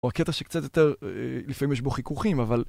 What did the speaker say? או הקטע שקצת יותר... לפעמים יש בו חיכוכים, אבל...